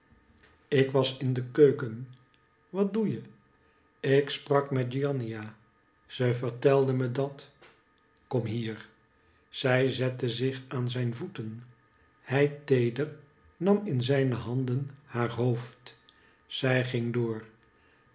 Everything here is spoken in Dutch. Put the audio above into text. ik was in de keuken wat doe je ik sprak met giannina ze vertelde me dat komhier zij zette zich aan zijn voeten hij feeder nam in zijn handen haar hoofd zij ging door